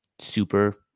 super